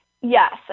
yes